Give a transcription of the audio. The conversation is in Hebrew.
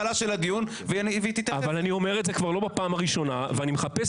אבל אני אומר את זה לא בפעם הראשונה ואני מחפש